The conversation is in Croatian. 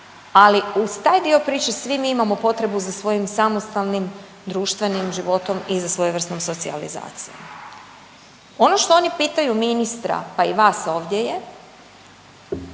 ali uz taj dio priče svi mi imamo potrebu za svojim samostalnim društvenim životom i za svojevrsnu socijalizaciju. Ono što oni pitaju ministra, pa i vas ovdje je